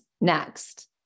next